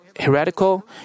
heretical